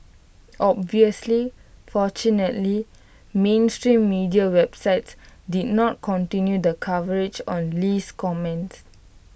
obviously fortunately mainstream media websites did not continue the coverage on Lee's comments